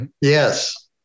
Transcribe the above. Yes